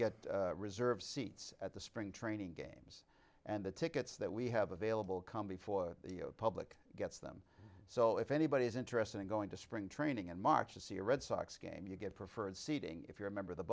get reserve seats at the spring training games and the tickets that we have available come before the public gets them so if anybody is interested in going to spring training in march to see a red sox game you get preferred seating if you're a member of the